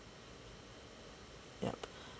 yeah